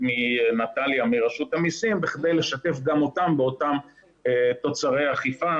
נטליה מרשות המסים כדי לשתף גם אותם באותם תוצרי חקירה,